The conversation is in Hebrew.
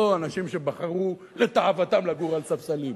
לא אנשים שבחרו לתאוותם לגור על ספסלים.